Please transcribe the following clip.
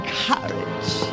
courage